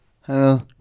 Hello